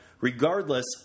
regardless